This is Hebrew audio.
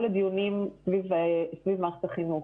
כל הדיונים סביב מערכת החינוך,